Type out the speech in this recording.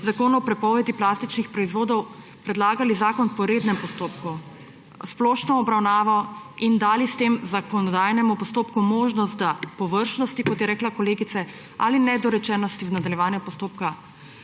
zakonu o prepovedi plastičnih proizvodov predlagali zakon po rednem postopku, splošno obravnavo in dali s tem zakonodajnem postopku možnost, da površnosti, kot je rekla kolegica, ali nedorečenosti v nadaljevanju postopka